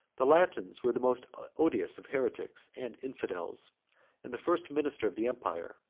the latins were the most odious of heretics and infidels and the first minister of the empire,